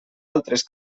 altres